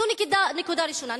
זו נקודה ראשונה.